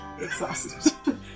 exhausted